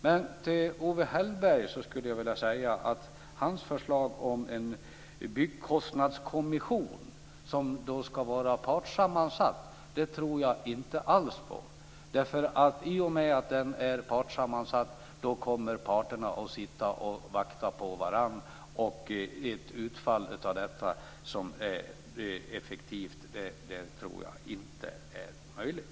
Men till Owe Hellberg skulle jag vilja säga att jag inte alls tror på hans förslag om en byggkostnadskommission som ska vara partssammansatt. I och med att den är partssammansatt kommer parterna att vakta på varandra, och ett utfall av detta som är effektivt tror jag inte är möjligt.